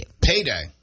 payday